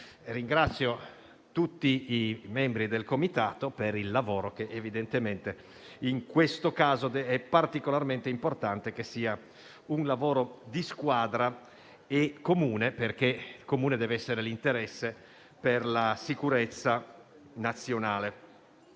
Ringrazio anche tutti i membri del Comitato per il loro lavoro, che evidentemente in questo caso è particolarmente importante che sia di squadra e comune, perché comune deve essere l'interesse per la sicurezza nazionale.